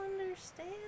understand